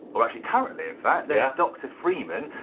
or actually currently, in fact, there's dr. freeman,